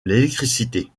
l’électricité